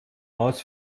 maß